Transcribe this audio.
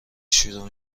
شروع